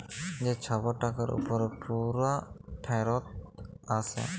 যে ছব টাকার উপরে পুরা ফিরত আসে